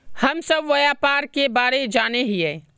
हम सब व्यापार के बारे जाने हिये?